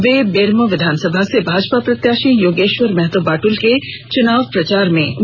वे बेरमो विधानसभा से भाजपा प्रत्याशी योगेश्वर महतो बादुल के चुनाव प्रचार में बोकारो मे हैं